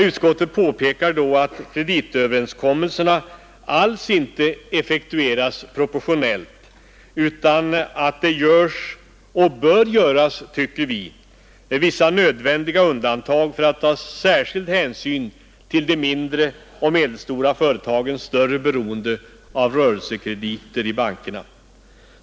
Utskottet påpekar att kreditöverenskommelserna alls inte effektueras proportionellt utan att det görs — och bör göras, tycker vi — vissa nödvändiga undantag med särskild hänsyn till de mindre och medelstora företagens större beroende av rörelsekrediter i bankerna.